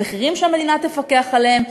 במחירים שהמדינה תפקח עליהם,